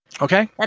Okay